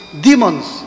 demons